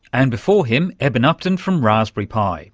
and before him eben upton from raspberry pi